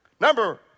Number